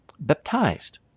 baptized